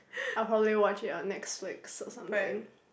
I'll probably watch it on Netflix or something